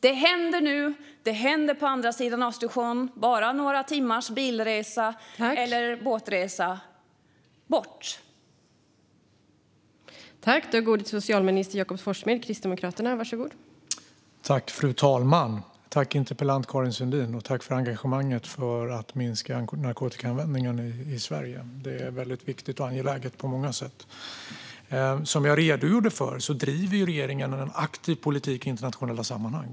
Detta händer nu på andra sidan om Östersjön bara några timmars bilresa eller båtresa bort.